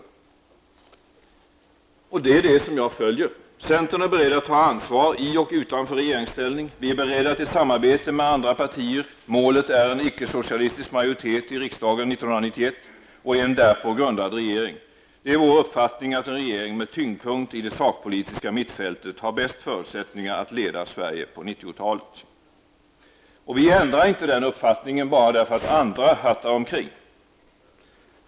Det är det beslutet som jag följer. Centern är beredd att ta ansvar i och utanför regeringsställning. Vi är beredda till samarbete med andra partier. Målet är en icke-socialistisk majoritet i riksdagen 1991 och en därpå grundad regering. Det är vår uppfattning att en regering med tyngdpunkt i det sakpolitiska mittfältet har bästa förutsättningar att leda Sverige på 90-talet. Vi ändrar inte den uppfattningen bara därför att andra hattar omkring.